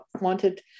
wanted